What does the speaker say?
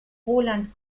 roland